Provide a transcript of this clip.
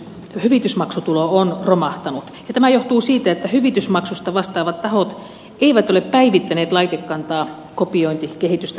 hyvitysmaksutulo on romahtanut ja tämä johtuu siitä että hyvitysmaksusta vastaavat tahot eivät ole päivittäneet laitekantaa kopiointikehitystä vastaavasti